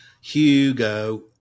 Hugo